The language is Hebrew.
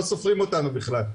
לא סופרים אותנו בכלל.